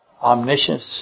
Omniscient